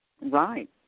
Right